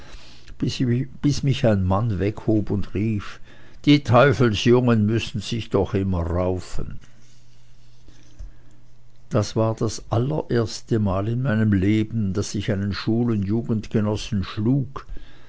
bis mich ein mann weghob und rief die teufelsjungen müssen sich doch immer raufen das war das allererste mal in meinem leben daß ich einen schul und jugendgenossen schlug